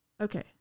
Okay